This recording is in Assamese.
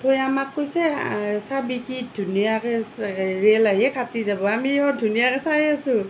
থৈ আমাক কৈছে চাবি কি ধুনীয়াকৈ ৰে'ল আহি কাটি যাব আমিও ধুনীয়াকৈ চাই আছো